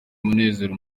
umunezero